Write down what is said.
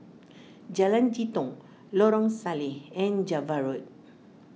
Jalan Jitong Lorong Salleh and Java Road